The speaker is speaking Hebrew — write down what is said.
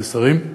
יש שרים?